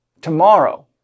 tomorrow